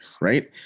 right